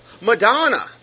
Madonna